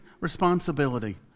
responsibility